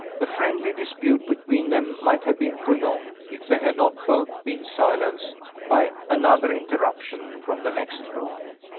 the friendly dispute between them might have been prolonged, if they had not both been silenced by another interruption from the next room.